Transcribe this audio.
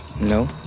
No